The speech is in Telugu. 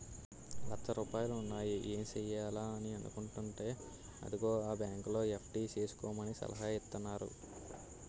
లచ్చ రూపాయలున్నాయి ఏం సెయ్యాలా అని అనుకుంటేంటే అదిగో ఆ బాంకులో ఎఫ్.డి సేసుకోమని సలహా ఇత్తన్నారు